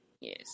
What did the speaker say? yes